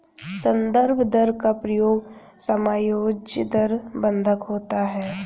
संदर्भ दर का प्रयोग समायोज्य दर बंधक होता है